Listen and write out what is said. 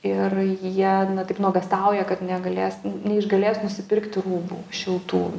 ir jie taip nuogąstauja kad negalės neišgalės nusipirkti rūbų šiltų